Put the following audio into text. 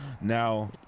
Now